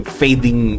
fading